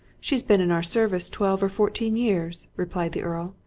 she's been in our service twelve or fourteen years, replied the earl.